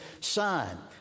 son